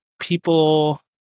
people